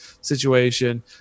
situation